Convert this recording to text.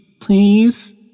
please